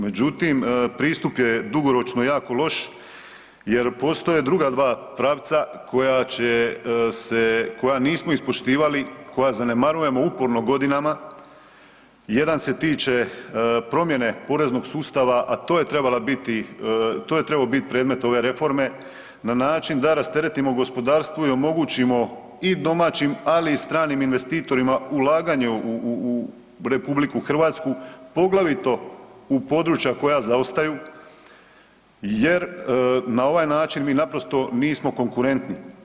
Međutim, pristup je dugoročno jako loš je postoje druga 2 pravca koja će se, koja nismo ispoštivali koja zanemarujemo uporno godinama, jedan se tiče promjene poreznog sustava, a to je trebala biti, to je trebao biti predmet ove reforme na način da rasteretimo gospodarstvo i omogućimo i domaćim, ali i stranim investitorima ulaganje u RH, poglavito u područja koja zaostaju jer na ovaj način mi naprosto nismo konkurentni.